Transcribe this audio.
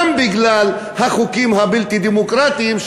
גם בגלל החוקים הבלתי-דמוקרטיים.